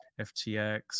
FTX